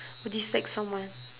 dislike someone